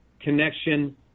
connection